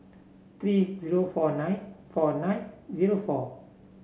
three zero four nine four nine zero four